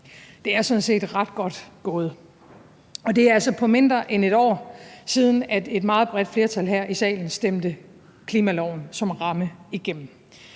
Det er sådan set ret godt gået, og det er altså mindre end et år, siden et meget bredt flertal her i salen stemte klimaloven som ramme igennem.